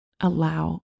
Allow